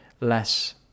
less